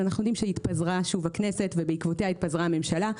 התפזרה שוב הכנסת ובעקבותיה התפזרה הממשלה.